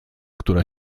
która